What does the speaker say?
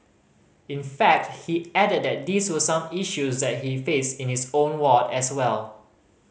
in fact he added that these were some issues that he faced in his own ward as well